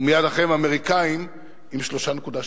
ומייד אחריהם האמריקנים, עם 3.7%,